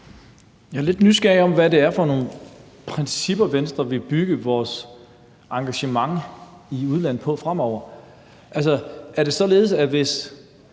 Jeg er lidt nysgerrig på, hvad det er for nogle principper, Venstre vil bygge vores engagement i udlandet på fremover. Altså, er det således, at hvis